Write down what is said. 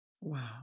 Wow